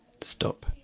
Stop